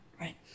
right